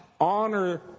honor